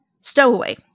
Stowaway